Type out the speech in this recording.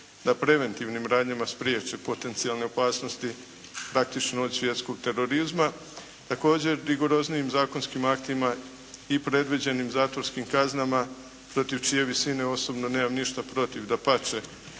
da preventivnim radnjama spriječe potencijalne opasnosti …/Govornik se ne razumije./… od svjetskog terorizma, također rigoroznijim zakonskim aktima i predviđenim zatvorskim kaznama protiv čije visine osobno nemam ništa protiv. Dapače,